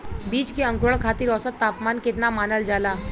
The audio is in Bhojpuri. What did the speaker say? बीज के अंकुरण खातिर औसत तापमान केतना मानल जाला?